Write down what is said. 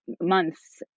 months